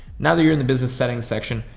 now that you're in the business setting section,